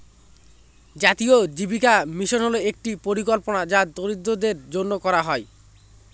জাতীয় জীবিকা মিশন হল একটি পরিকল্পনা যা দরিদ্রদের জন্য করা হয়